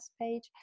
page